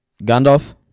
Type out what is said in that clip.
Gandalf